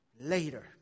later